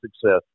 success